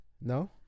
No